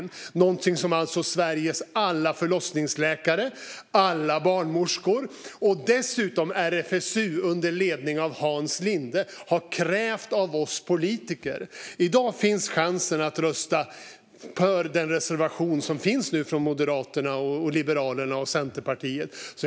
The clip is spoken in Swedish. Det är alltså någonting som Sveriges alla förlossningsläkare, alla barnmorskor och dessutom RSFU under ledning av Hans Linde har krävt av oss politiker. I dag har ni chansen att rösta för den reservation som finns från Moderaterna, Liberalerna och Centerpartiet.